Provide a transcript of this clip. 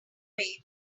way